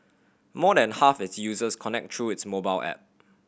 more than half of its users connect through its mobile app